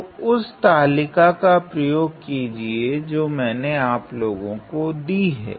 तो उस तालिका का प्रयोग कीजिए जो मैंने आप लोगो को दी हैं